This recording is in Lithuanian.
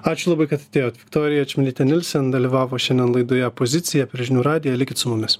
ačiū labai kad atėjot viktorija čmilytė nilsen dalyvavo šiandien laidoje pozicija per žinių radiją likit su mumis